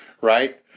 right